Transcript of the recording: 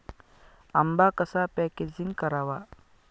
आंबा कसा पॅकेजिंग करावा?